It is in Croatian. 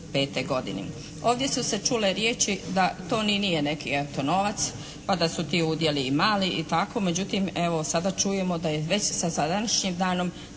Ovdje su se čule riječi da to ni nije eto novac, pa da su ti udjeli i mali i tako. Međutim evo sada čujemo da je već sa današnjim danom